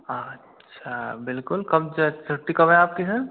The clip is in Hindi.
अच्छा बिल्कुल कम से छुट्टी कब है आपकी सर